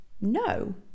no